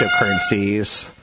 cryptocurrencies